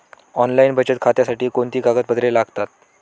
Online बचत खात्यासाठी कोणती कागदपत्रे लागतात?